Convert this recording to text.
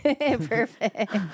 Perfect